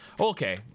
Okay